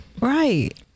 Right